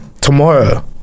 tomorrow